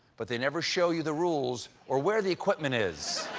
but they never show you the rules or where the equipment is.